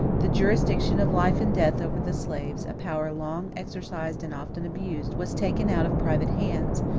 the jurisdiction of life and death over the slaves, a power long exercised and often abused, was taken out of private hands,